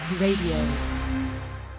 Radio